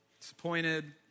Disappointed